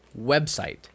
website